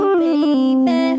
baby